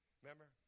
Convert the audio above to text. remember